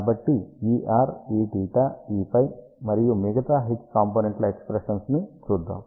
కాబట్టి Er Eθ Eφ మరియు మిగతా H కాంపోనెంట్ ల ఎక్ష్ప్రెషన్స్ ని చూద్దాం